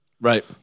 Right